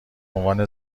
عنوان